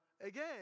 again